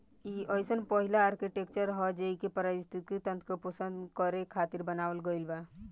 इ अइसन पहिला आर्कीटेक्चर ह जेइके पारिस्थिति तंत्र के पोषण करे खातिर बनावल गईल बा